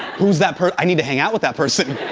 who's that person i need to hang out with that person.